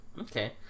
Okay